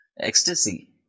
ecstasy